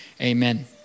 Amen